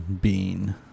Bean